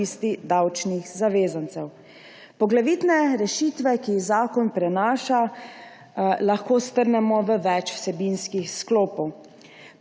davčnih zavezancev. Poglavitne rešitve, ki jih zakon prinaša, lahko strnemo v več vsebinskih sklopov.